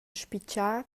spitgar